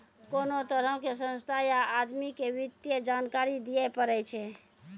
कोनो तरहो के संस्था या आदमी के वित्तीय जानकारी दियै पड़ै छै